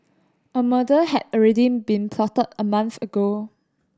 a murder had already been plotted a month ago